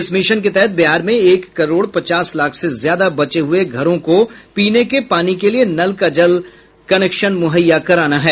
इस मिशन के तहत बिहार में एक करोड़ पचास लाख से ज्यादा बचे हुये घरों को पीने के पानी के लिए नल का जल कनेक्शन मुहैया कराना है